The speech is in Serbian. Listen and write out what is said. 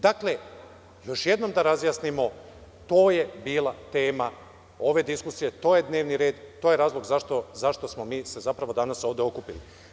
Dakle, još jednom da razjasnimo, to je bila tema ove diskusije, to je dnevni red, to je razlog zašto smo se mi zapravo danas ovde okupili.